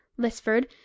Lisford